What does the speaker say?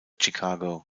chicago